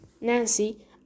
Nancy